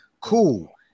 cool